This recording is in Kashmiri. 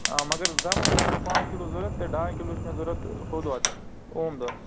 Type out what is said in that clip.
آ مگر زامُت دۄد چھُ مےٚ پانٛژھ کِلو ضوٗرت تہٕ ڈاے کِلو چھِ مےٚ ضروٗرت ہُہ دۄد اوم دۄد